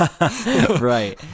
Right